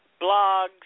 blogs